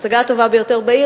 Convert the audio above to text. ההצגה הטובה ביותר בעיר,